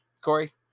Corey